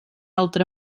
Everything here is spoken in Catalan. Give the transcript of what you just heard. altra